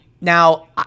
now